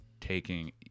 taking